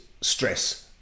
stress